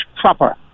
proper